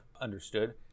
understood